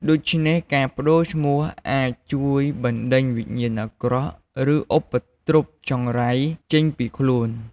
ដូច្នេះ ការប្ដូរឈ្មោះអាចជួយបណ្ដេញវិញ្ញាណអាក្រក់ឬឧបទ្រពចង្រៃចេញពីខ្លួន។